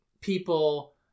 people